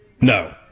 No